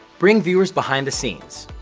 bring viewers behind the scenes.